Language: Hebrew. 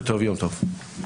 יום טוב,